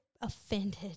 offended